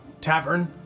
Tavern